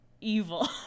evil